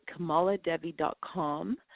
kamaladevi.com